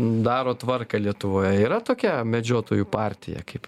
daro tvarką lietuvoje yra tokia medžiotojų partija kaip